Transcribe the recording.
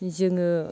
जोङो